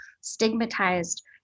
stigmatized